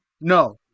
No